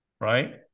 right